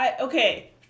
Okay